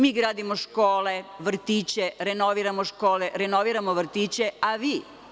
Mi gradimo škole, vrtiće, renoviramo škole, renoviramo vrtiće, a vi?